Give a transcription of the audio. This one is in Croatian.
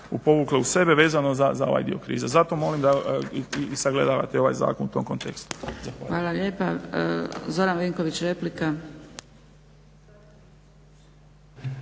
povukle u sebe vezano za ovaj dio krize. Zato molim da i sagledavate ovaj zakon u tom kontekstu.